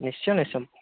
ନିଶ୍ଚୟ ନିଶ୍ଚୟ